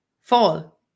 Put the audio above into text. fall